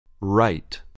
Right